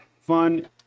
fun